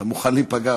אתה מוכן להיפגע,